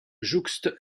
jouxte